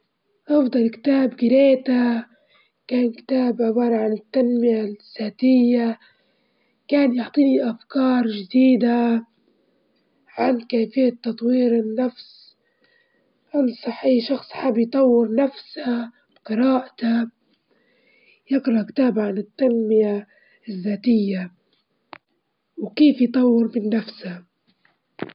أفضل نوع في الموسيقى هي الموسيقى العصرية لإنها تعكس الطاقة والحياة اليومية ونحب نسمعها هلبا لما نحب نحس بالراحة، أو لما نبي نزيد طاقتي في اليوم أو نسمعها وأنا نجيب في حاجة عشان نتسلى بيها.